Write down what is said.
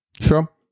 Sure